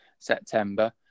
September